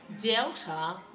Delta